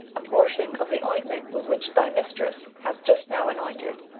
a portion of the ointment with which thy mistress hath just now anointed,